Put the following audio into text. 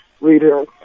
reader